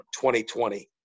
2020